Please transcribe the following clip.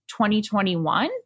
2021